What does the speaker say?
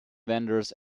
vendors